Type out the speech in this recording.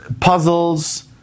puzzles